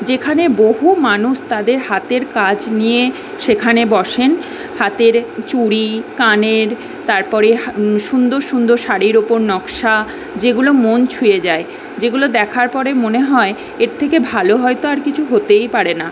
যেখানে বহু মানুষ তাদের হাতের কাজ নিয়ে সেখানে বসেন হাতের চুরি কানের তারপরে হা সুন্দর সুন্দর শাড়ির ওপর নকশা যেগুলো মন ছুঁয়ে যায় যেগুলো দেখার পরে মনে হয় এর থেকে ভালো হয়তো আর কিছু হতেই পারে না